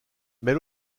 mais